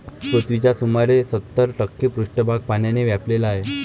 पृथ्वीचा सुमारे सत्तर टक्के पृष्ठभाग पाण्याने व्यापलेला आहे